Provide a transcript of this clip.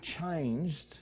changed